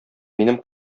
минем